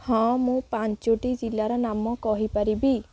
ହଁ ମୁଁ ପାଞ୍ଚଟି ଜିଲ୍ଲାର ନାମ କହିପାରିବି